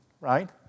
right